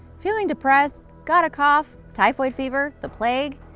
feeling depressed, got a cough, typhoid fever? the plague?